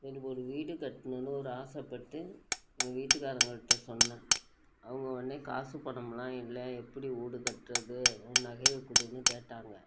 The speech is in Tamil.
எனக்கு ஒரு வீடு கட்டணும்னு ஒரு ஆசைப்பட்டு எங்கள் வீட்டுக்காரவங்கள்கிட்ட சொன்னேன் அவங்க உடனே காசு பணம்லாம் இல்லை எப்படி வீடு கட்டுறது உன் நகையை கொடுன்னு கேட்டாங்க